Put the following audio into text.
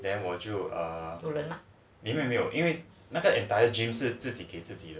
then 我就 err 里面没有因为他在 another gym 是自己给自己的